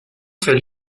fait